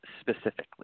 specifically